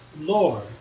Lord